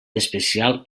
especial